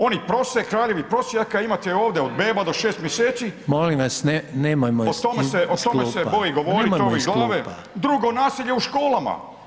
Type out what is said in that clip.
Oni prose, kraljevi prosjaka, imate ovdje od beba do 6 mjeseci [[Upadica: Molim vas, nemojmo.]] o tome se boji govoriti ... [[Govornici govore istovremeno, ne razumije se.]] drugo nasilje u školama.